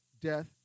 death